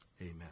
Amen